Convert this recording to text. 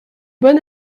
bon